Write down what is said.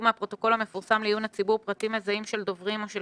מהפרוטוקול המפורסם לעיון הציבור פרטים מזהים של דוברים או של